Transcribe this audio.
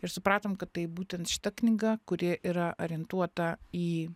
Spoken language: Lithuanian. ir supratom kad tai būtent šita knyga kuri yra orientuota į